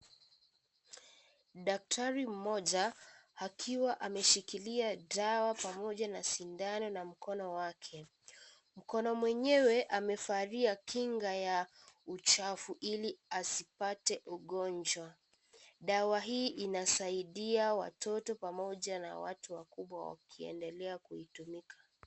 Daktari mmoja akiwa ameshikilia dawa pamoja na sindano kwa mkono wake, mkono mwenyewe amevalia kinga ya uchafu ili asipate ugonjwa. Dawa hii inasaidia watoto pamoja na watu wakubwa wakiendelea kutumika.